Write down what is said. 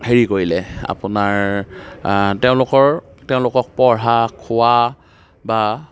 হেৰি কৰিলে আপোনাৰ তেওঁলোকৰ তেওঁলোকক পঢ়া খোৱা বা